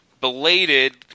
belated